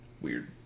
weird